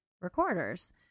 recorders